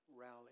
rally